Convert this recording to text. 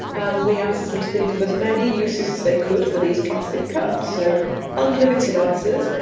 and we asked them to think of as many uses as they could for these plastic cups. so unlimited answers.